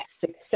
success